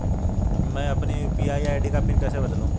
मैं अपनी UPI ID का पिन कैसे बदलूं?